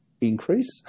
increase